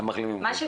כן.